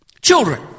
Children